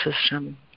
system